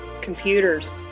computers